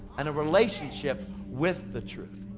and a relationship with the truth.